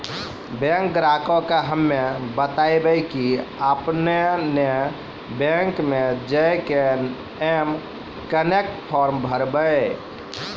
bank ग्राहक के हम्मे बतायब की आपने ने बैंक मे जय के एम कनेक्ट फॉर्म भरबऽ